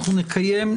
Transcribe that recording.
אנחנו נקיים,